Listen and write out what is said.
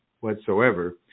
whatsoever